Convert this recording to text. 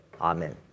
Amen